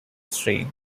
strain